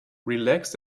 relaxed